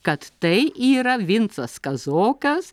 kad tai yra vincas kazokas